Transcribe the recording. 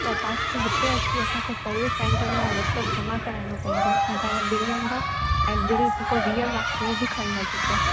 त तांखे हिते अची असांजे सर्विस सेंटर में हो लेपटॉप जमा कराइणो पवंदो ऐं तव्हांजा बिल नम्बर ऐं बिल जेको रीअल आहे उहा बि खणी अचजो